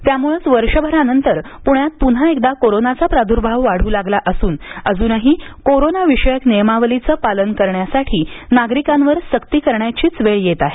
त्यामुळंच वर्षभरानंतर पुण्यात पुन्हा एकदा कोरोनाचा प्रादुर्भाव वाढू लागला असुन अजूनही कोरोनाविषयक नियमावलीचं पालन करण्यासाठी नागरिकांवर सक्ती करण्याचीच वेळ येत आहे